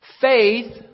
faith